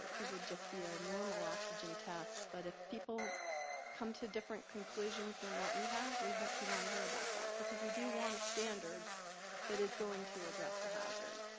it would just be a normal oxygen test, but if people come to different conclusions than what we have, we won't we want to hear about that, because we do want a standard that is going to address the hazard.